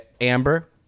Amber